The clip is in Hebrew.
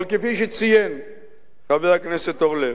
אבל, כפי שציין חבר הכנסת אורלב,